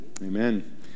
Amen